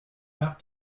have